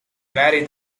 married